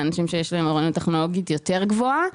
לאנשים שיש להם אוריינות טכנולוגיות יותר גבוהה